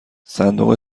صندوق